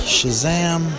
Shazam